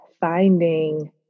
finding